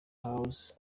house